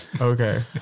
Okay